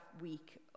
week